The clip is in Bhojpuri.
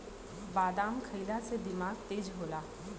बादाम खइला से दिमाग तेज होला